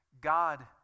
God